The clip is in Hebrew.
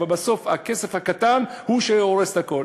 אבל בסוף הכסף הקטן הוא שהורס את הכול.